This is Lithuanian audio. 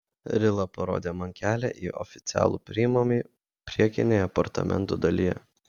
rila parodė man kelią į oficialų priimamąjį priekinėje apartamentų dalyje